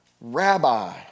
Rabbi